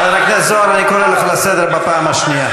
חבר הכנסת זוהר, אני קורא אותך לסדר פעם שנייה.